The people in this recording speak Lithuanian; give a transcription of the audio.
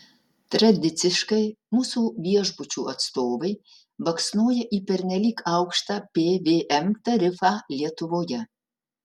tradiciškai mūsų viešbučių atstovai baksnoja į pernelyg aukštą pvm tarifą lietuvoje